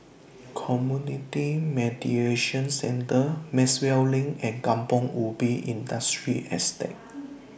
Community Mediation Centre Maxwell LINK and Kampong Ubi Industrial Estate